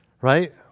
Right